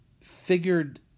figured